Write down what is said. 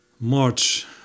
March